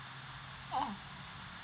oh